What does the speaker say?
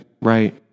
Right